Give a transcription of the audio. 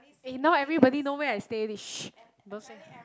eh now everybody know where I stay leh